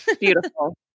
beautiful